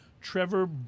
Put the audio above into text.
Trevor